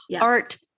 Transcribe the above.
Art